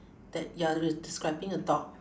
that you are describing a dog